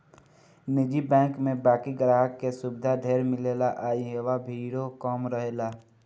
निजी बैंक में बाकि ग्राहक के सुविधा ढेर मिलेला आ इहवा भीड़ो कम रहेला